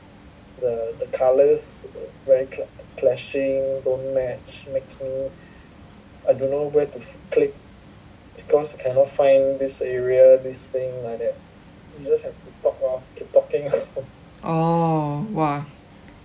orh !wah!